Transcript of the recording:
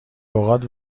اوقات